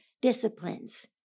disciplines